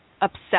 upset